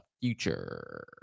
future